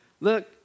Look